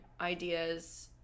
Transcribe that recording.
ideas